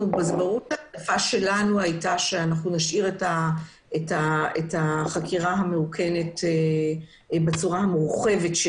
זה ברור שהשאיפה שלנו הייתה להשאיר את החקירה הממוכנת בצורתה המורחבת.